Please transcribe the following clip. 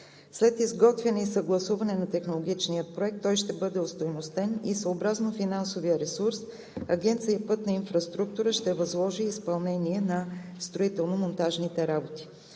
След изготвяне и съгласуване на технологичния проект той ще бъде остойностен и съобразно финансовия ресурс Агенция „Пътна инфраструктура“ ще възложи изпълнение на строително-монтажните работи.